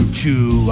Chew